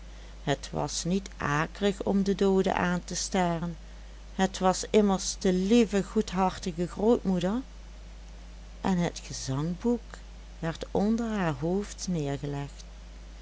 het was niet akelig om de doode aan te staren het was immers de lieve goedhartige grootmoeder en het gezangboek werd onder haar hoofd neergelegd